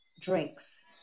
drinks